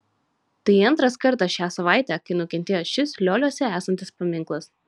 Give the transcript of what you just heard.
tai antras kartas šią savaitę kai nukentėjo šis lioliuose esantis paminklas